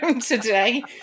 today